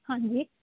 ਹਾਂਜੀ